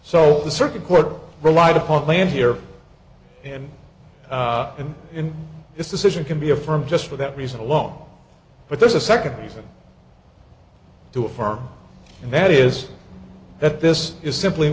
so the circuit court relied upon land here and in its decision can be affirmed just for that reason alone but there's a second reason to affirm and that is that this is simply